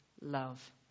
love